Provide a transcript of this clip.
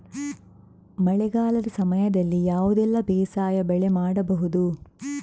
ಮಳೆಗಾಲದ ಸಮಯದಲ್ಲಿ ಯಾವುದೆಲ್ಲ ಬೇಸಾಯ ಬೆಳೆ ಮಾಡಬಹುದು?